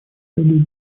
следует